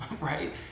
right